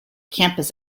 campus